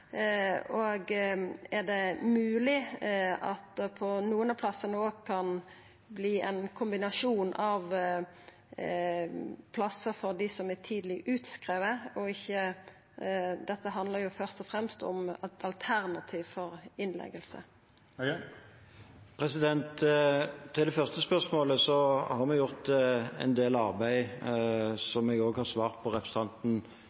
kan verta ein kombinasjon av plassar for dei som er tidleg utskrivne? Dette handlar først og fremst om eit alternativ til innlegging. Til det første spørsmålet: Vi har gjort en del arbeid, som jeg også har svart representanten